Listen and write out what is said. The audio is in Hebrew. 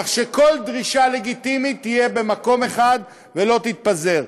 כך שכל דרישה לגיטימית תהיה באותו מקום אחד והן לא יתפזרו.